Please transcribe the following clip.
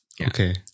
Okay